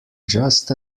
just